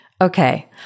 Okay